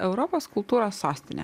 europos kultūros sostinė